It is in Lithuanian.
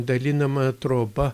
dalinama troba